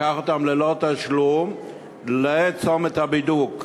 לקח אותם ללא תשלום לצומת הבידוק.